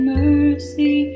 mercy